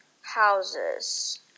houses